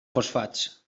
fosfats